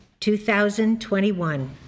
2021